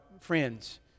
friends